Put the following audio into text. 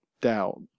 doubt